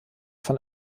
von